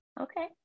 Okay